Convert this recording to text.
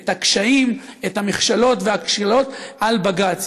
את הקשיים, את המכשלות והכשילות על בג"ץ.